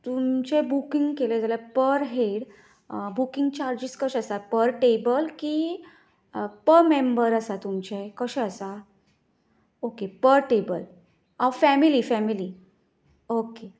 तुमचें बुकींग केलें जाल्यार पर हेड बुकींग चार्जीस कशे आसा पर टेबल की पर मेंबर आसा तुमचें कशें आसा okay per table family family okay